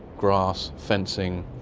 grass, fencing,